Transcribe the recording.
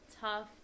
tough